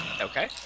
Okay